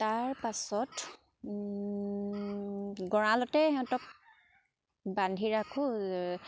তাৰ পাছত গঁড়ালতে সিহঁতক বান্ধি ৰাখোঁ